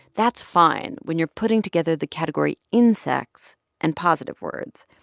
that's fine when you're putting together the category insects and positive words.